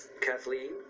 Kathleen